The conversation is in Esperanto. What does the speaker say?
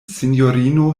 sinjorino